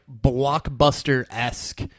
blockbuster-esque